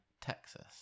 Texas